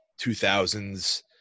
2000s